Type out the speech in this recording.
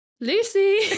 Lucy